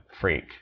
freak